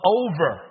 over